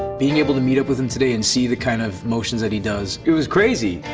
being able to meet up with him today and see the kind of motions that he does, it was crazy.